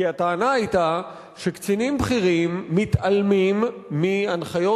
כי הטענה היתה שקצינים בכירים מתעלמים מהנחיות